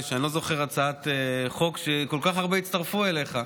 שאני לא זוכר הצעת חוק שכל כך הרבה הצטרפו אליה,